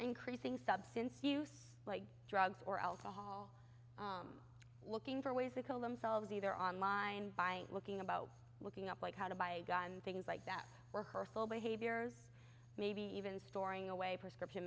increasing substance use like drugs or alcohol looking for ways to kill themselves either online by looking about looking up like how to buy a gun things like that were hurtful behaviors maybe even storing away prescription